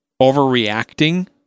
overreacting